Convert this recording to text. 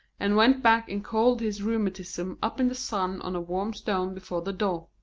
and went back and coiled his rheumatism up in the sun on a warm stone before the door.